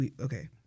Okay